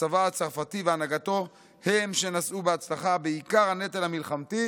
הצבא הצרפתי והנהגתו הם שנשאו בהצלחה בעיקר הנטל המלחמתי